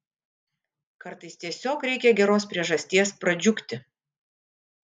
kartais tiesiog reikia geros priežasties pradžiugti